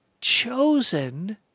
chosen